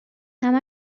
همه